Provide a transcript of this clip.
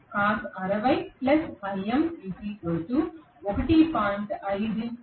కాబట్టి ఇది ఉండబోతోంది